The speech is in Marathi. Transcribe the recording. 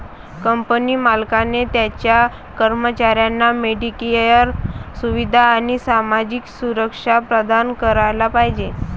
कंपनी मालकाने त्याच्या कर्मचाऱ्यांना मेडिकेअर सुविधा आणि सामाजिक सुरक्षा प्रदान करायला पाहिजे